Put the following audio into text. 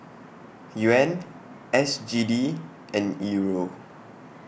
Yuan S G D and Euro